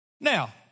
Now